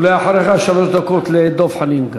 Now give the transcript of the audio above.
אחריך, שלוש דקות גם לדב חנין.